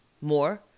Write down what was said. more